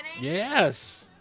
Yes